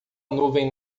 nuvem